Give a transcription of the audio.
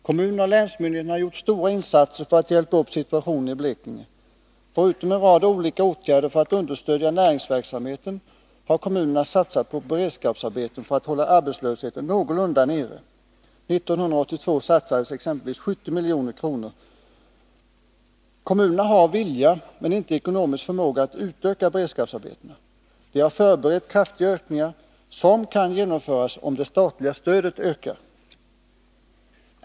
Kommunerna och länsmyndigheterna har gjort stora insatser för att hjälpa uppsituationen i Blekinge. Förutom en rad olika åtgärder för att understödja näringsverksamheten har kommunerna satsat på beredskapsarbeten för att hålla arbetslösheten någorlunda nere. År 1982 satsades exempelvis 70 milj.kr. Kommunerna har vilja men inte ekonomisk förmåga att utöka beredskapsarbetena. De har förberett kraftiga ökningar, som kan genomföras om det statliga stödet ökas.